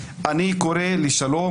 אני רוצה להגיד שוב,